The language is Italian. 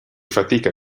fatica